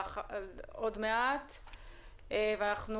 עשינו את זה כהוראת שעה לשנתיים,